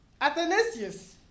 Athanasius